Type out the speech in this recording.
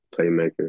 playmaker